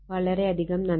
വളരെയധികം നന്ദി